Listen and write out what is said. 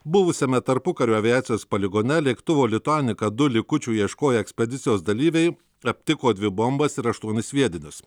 buvusiame tarpukario aviacijos poligone lėktuvo lituanika du likučių ieškoję ekspedicijos dalyviai aptiko dvi bombas ir aštuonis sviedinius